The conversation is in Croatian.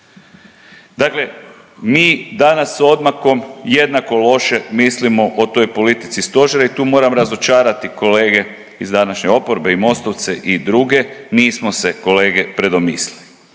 Dakle, mi danas sa odmakom jednako loše mislimo o toj politici Stožera i tu moram razočarati kolege iz današnje oporbe i Mostovce i druge nismo se kolege predomislili.